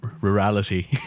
rurality